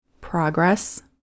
progress